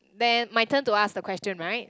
then my turn to ask the question right